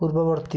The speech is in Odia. ପୂର୍ବବର୍ତ୍ତୀ